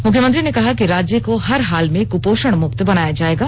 मुख्यमंत्री ने कहा कि राज्य को हर हाल में कुपोषण मुक्त बनाया जाएगा